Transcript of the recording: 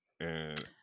And-